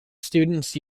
students